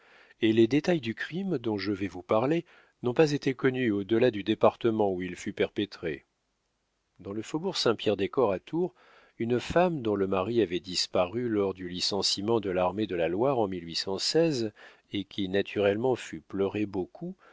et les détails du crime dont je vais vous parler n'ont été connus au delà du département où il fut perpétré dans le faubourg saint pierre des corps à tours une femme dont le mari avait disparu lors du licenciement de l'armée de la loire en et qui naturellement fut pleuré beaucoup